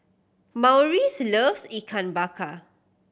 Maurice loves Ikan Bakar